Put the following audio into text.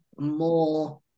more